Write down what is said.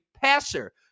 passer